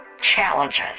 challenges